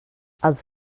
els